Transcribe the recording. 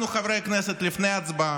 אנחנו, חברי הכנסת, לפני ההצבעה